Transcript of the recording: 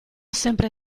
sempre